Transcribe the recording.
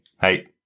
hey